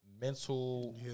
Mental